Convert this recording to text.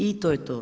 I to je to.